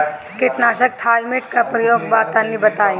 कीटनाशक थाइमेट के प्रयोग का बा तनि बताई?